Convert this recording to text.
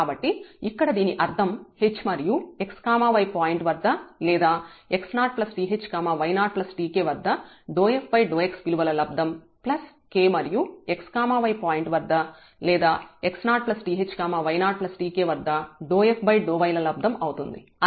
కాబట్టి ఇక్కడ దీని అర్థం h మరియు x y పాయింట్ వద్ద లేదా x0th y0tk వద్ద f∂x విలువల లబ్దం ప్లస్ k మరియు x y పాయింట్ వద్ద లేదా x0th y0tk వద్ద f∂y ల లబ్దం అవుతుంది